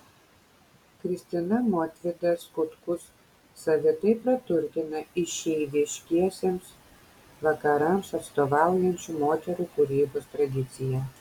kristina montvidas kutkus savitai praturtina išeiviškiesiems vakarams atstovaujančių moterų kūrybos tradiciją